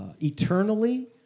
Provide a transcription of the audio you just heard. eternally